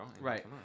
Right